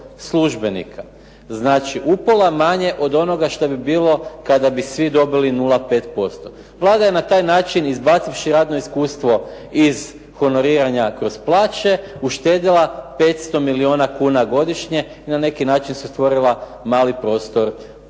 Znači, upola manje od onoga što bi bilo kada bi svi dobili 0,5%. Vlada je na taj način izbacivši radno iskustvo iz honoriranja kroz plaće uštedjela 500 milijuna kuna godišnje i na neki način si stvorila mali prostor da